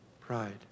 pride